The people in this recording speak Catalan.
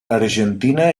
argentina